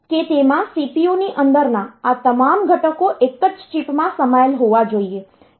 કે તેમાં CPU ની અંદરના આ તમામ ઘટકો એક જ ચિપમાં સમાયેલ હોવા જોઈએ